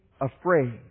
afraid